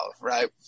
right